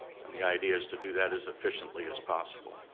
and the idea is to do that as efficiently as possible.